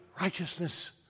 righteousness